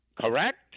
Correct